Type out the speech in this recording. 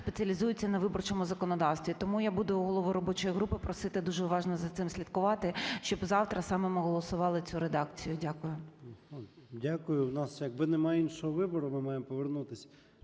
спеціалізуються на виборчому законодавстві. Тому я буду голову робочої групи просити дуже уважно за цим слідкувати. Щоб завтра саме ми голосували цю редакцію. Дякую. 13:25:46 ЧЕРНЕНКО О.М. Дякую. У нас як би нема іншого вибору. Ми маємо повернутись